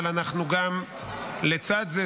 אבל לצד זה,